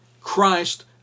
Christ